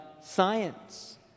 science